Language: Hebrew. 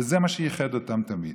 וזה מה שאיחד אותם תמיד.